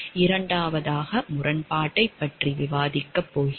இரண்டாவதாக முரண்பாட்டைப் பற்றி விவாதிக்கப் போகிறோம்